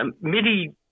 MIDI